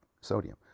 sodium